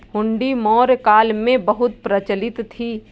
हुंडी मौर्य काल में बहुत प्रचलित थी